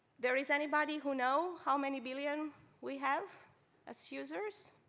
there is anybody who know how many billion we have as users?